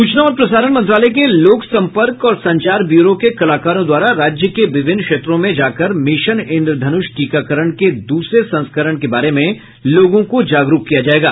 सूचना और प्रसारण मंत्रालय के लोक संपर्क और संचार ब्यूरो के कलाकारों द्वारा राज्य के विभिन्न क्षेत्रों में जाकर मिशन इंद्रधनुष टीकाकरण के दूसरे संस्करण के बारे में लोगों को जागरूक किया जायेगा